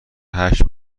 هشت